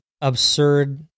absurd